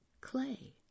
clay